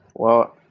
well,